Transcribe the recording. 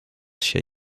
się